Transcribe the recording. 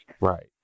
Right